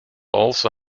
also